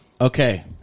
Okay